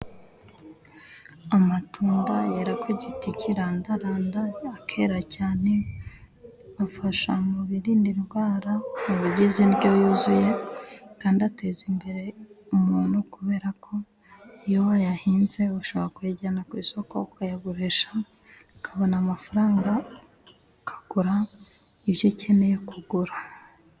Amatunda yera ku giti kirandaranda akera cyane, afasha mu biri indwara, mubigize indyo yuzuye, kandi ateza imbere umuntu kubera ko iyo wayahinze ushobora kuyijyana ku isoko, ukayagurisha ukabona amafaranga ukagura ibyo ukeneye kugura.